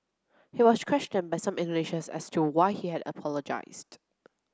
he was questioned by some Indonesians as to why he had apologised